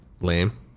lame